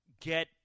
get